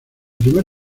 primer